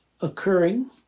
occurring